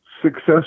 success